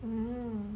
mm